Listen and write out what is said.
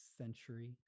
century